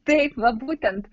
taip va būtent